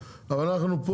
אבל אני כן